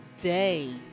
day